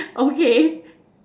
okay